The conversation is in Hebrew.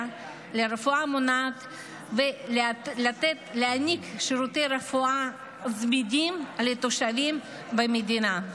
ברפואה המונעת ולהעניק שירותי רפואה זמינים לתושבים במדינה.